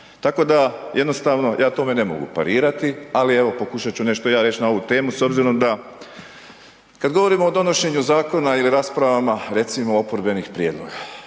Tako da jednostavno ja tome ne mogu parirati ali evo pokušat ću nešto i ja reć na ovu temu s obzirom da kad govorimo o donošenju zakona ili raspravama recimo oporbenih prijedloga,